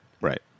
Right